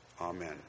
amen